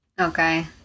Okay